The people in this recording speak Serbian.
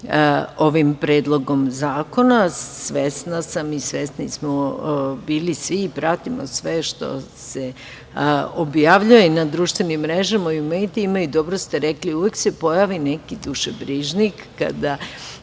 ovim Predlogom zakona. Svesna sam i svesni smo bili svi i pratimo sve što se objavljuje i na društvenim mrežama i u medijima i, dobro ste rekli, uvek se pojavi neki dušebrižnik kada